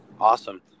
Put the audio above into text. awesome